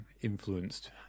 influenced